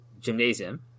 Gymnasium